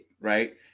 right